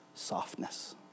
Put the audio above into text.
Softness